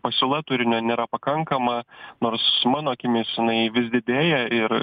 pasiūla turinio nėra pakankama nors mano akimis jinai vis didėja ir